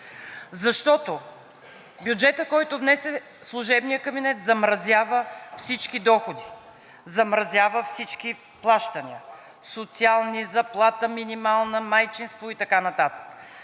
Бюджетът, който внесе служебният кабинет, замразява всички доходи, всички плащания – социални, заплата, минимална, майчинство и така нататък.